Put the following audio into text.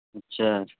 اچھا